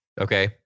Okay